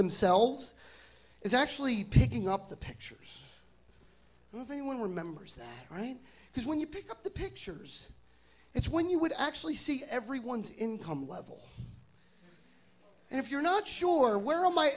themselves is actually picking up the page moving one remembers that right because when you pick up the pictures it's when you would actually see everyone's income level and if you're not sure where a